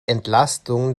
entlastung